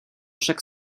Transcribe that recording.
chaque